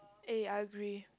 eh I agree